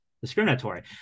Discriminatory